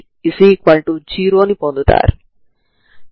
ఈ వర్గీకరణ ఎలా చెయ్యాలో మనం ఇప్పటికే చూశాము